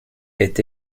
est